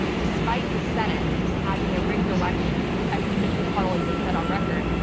despite the senate having a rigged election as mitch mcconnell even said on record,